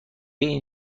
این